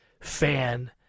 fan